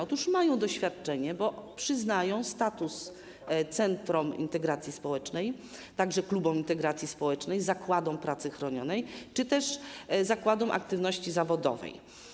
Otóż mają doświadczenie, bo przyznają status centrom integracji społecznej, klubom integracji społecznej, zakładom pracy chronionej czy też zakładom aktywności zawodowej.